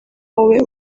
wowe